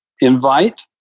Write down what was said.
invite